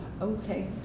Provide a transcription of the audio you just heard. Okay